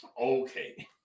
Okay